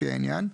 לפי העניין,